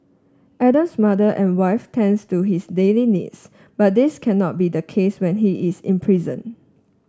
Adam's mother and wife tends to his daily needs but this cannot be the case when he is imprisoned